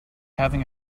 having